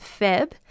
Feb